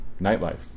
nightlife